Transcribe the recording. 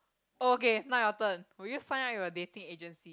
okay now your turn will you sign up with a dating agency